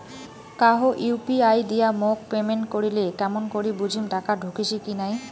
কাহো ইউ.পি.আই দিয়া মোক পেমেন্ট করিলে কেমন করি বুঝিম টাকা ঢুকিসে কি নাই?